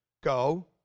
Go